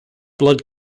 blood